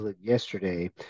yesterday